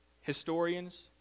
Historians